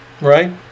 Right